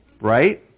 Right